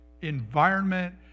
environment